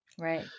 Right